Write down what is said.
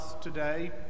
today